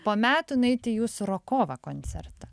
po metų nueiti į jūsų rokovą koncertą